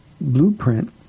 blueprint